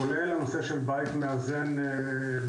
כולל הנושא של בית מאזן לילדים,